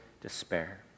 despair